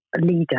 leader